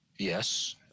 Yes